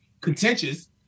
contentious